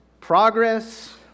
progress